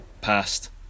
passed